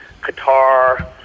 Qatar